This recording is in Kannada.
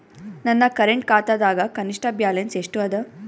ನನ್ನ ಕರೆಂಟ್ ಖಾತಾದಾಗ ಕನಿಷ್ಠ ಬ್ಯಾಲೆನ್ಸ್ ಎಷ್ಟು ಅದ